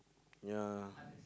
ya